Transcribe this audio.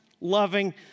loving